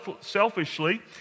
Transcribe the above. selfishly